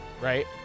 right